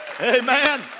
Amen